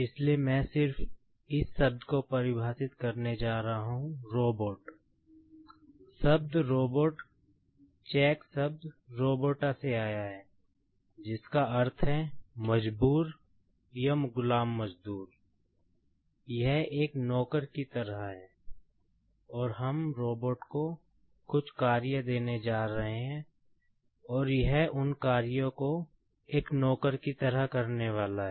इसलिए मैं सिर्फ इस शब्द को परिभाषित करने जा रहा हूं रोबोट को कुछ कार्य देने जा रहे हैं और यह उन कार्यों को एक नौकर की तरह करने वाला है